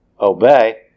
obey